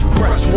Press